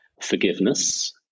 forgiveness